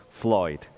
Floyd